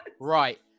Right